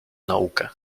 naukę